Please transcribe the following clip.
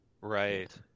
Right